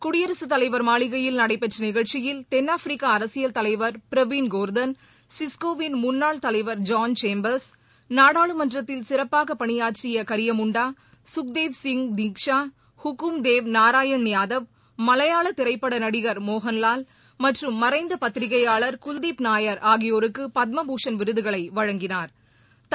குடியரசுத் தலைவர் மாளிகையில் நடைபெற்ற நிகழ்ச்சியில் தெள் ஆப்பிரிக்க அரசியல் தலைவர் பிரவீன் கோர்தன் சிஸ்கோவின் முன்னாள் தலைவர் ஜான் சேம்பர்ஸ் நாடாளுமன்றத்தில் சிறப்பாக பணியாற்றிய கரியமுண்டா சுக்தேவ் சிங் தின்ஷா ஹுக்கும்தேவ் நாரயண் யாதவ் மலையாள திரைப்பட நடிகர் மோகன்லால் மற்றும் மறைந்த பத்திரிக்கையாளர் குல்தீப் நய்யாா் ஆகியோருக்கு பத்மபூஷன் விருதுகளை வழங்கினாா்